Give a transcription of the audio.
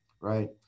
right